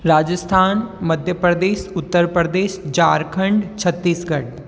Rajasthan Madhya Pradesh Uttar Pradesh Jharkhand Chhattisgarh